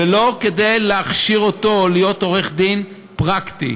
ולא כדי להכשיר אותו להיות עורך דין פרקטי.